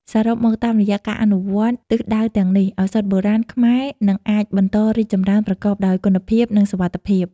សរុបមក តាមរយៈការអនុវត្តទិសដៅទាំងនេះ ឱសថបុរាណខ្មែរនឹងអាចបន្តរីកចម្រើន ប្រកបដោយគុណភាព និងសុវត្ថិភាព។